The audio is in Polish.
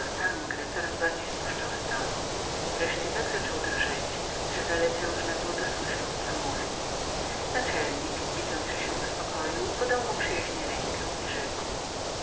sangre coraz zniżał głos wreszcie tak zaczął drżeć że zaledwie można było dosłyszeć co mówił naczelnik widząc go uspokojonego podał mu przyjaźnie rękę i rzekł